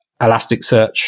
Elasticsearch